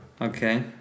Okay